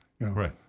Right